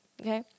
okay